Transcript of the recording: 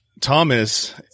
Thomas